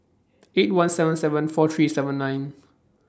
eight one seven seven four three seven nine